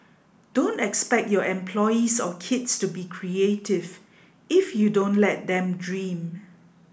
don't expect your employees or kids to be creative if you don't let them dream